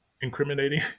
incriminating